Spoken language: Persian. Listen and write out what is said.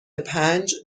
پنج